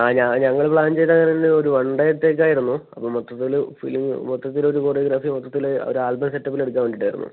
ആ ഞാ ഞങ്ങൾ പ്ലാൻ ചെയ്തത് അങ്ങനെ തന്നെയൊരു വൺ ഡേത്തേയ്ക്കായിരുന്നു അപ്പം മൊത്തത്തിൽ ഫിലിം മൊത്തത്തിലൊരു കൊറിയോഗ്രാഫി മൊത്തത്തിൽ ഒരു ആൽബം സെറ്റപ്പിലെടുക്കാൻ വേണ്ടിയിട്ടായിരുന്നു